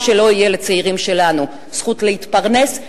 שלא יהיה לצעירים שלנו: זכות להתפרנס,